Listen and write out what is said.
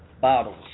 bottles